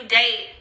date